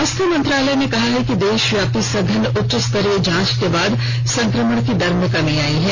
स्वास्थ्य मंत्रालय ने कहा है कि देशव्यापी सघन उच्चस्तरीय जांच के बाद संक्रमण की दर में कमी आई है